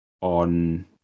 on